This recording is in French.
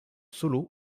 solo